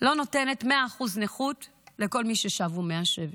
לא נותנת 100 אחוז נכות לכל מי ששב מהשבי?